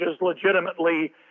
legitimately